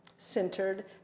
centered